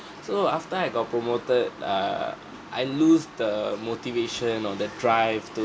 so after I got promoted err I lose the motivation or that drive to